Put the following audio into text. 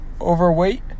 overweight